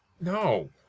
no